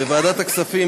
בוועדת הכספים,